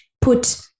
put